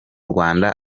rwanda